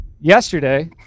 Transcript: yesterday